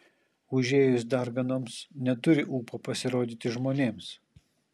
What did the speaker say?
užėjus darganoms neturi ūpo pasirodyti žmonėms